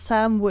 Sam